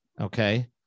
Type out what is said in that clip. Okay